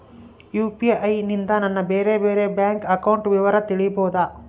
UPI ನಿಂದ ನನ್ನ ಬೇರೆ ಬೇರೆ ಬ್ಯಾಂಕ್ ಅಕೌಂಟ್ ವಿವರ ತಿಳೇಬೋದ?